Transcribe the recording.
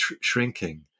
shrinking